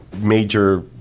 major